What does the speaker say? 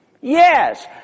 Yes